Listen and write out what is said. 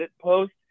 post